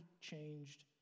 changed